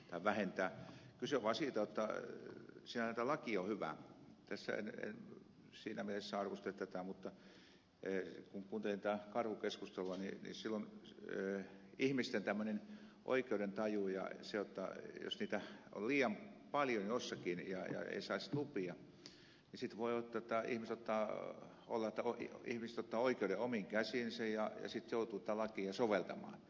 kyse on vain siitä jotta sinällään tämä laki on hyvä siinä mielessä en arvostele tätä mutta kun kuuntelin tätä karhukeskustelua niin silloin tulee esille ihmisten tämmöinen oikeudentaju ja se jotta jos niitä on liian paljon jossakin eikä saisi lupia niin sitten voi olla että ihmiset ottavat oikeuden omiin käsiinsä ja sitten joudutaan tätä lakia soveltamaan